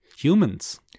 humans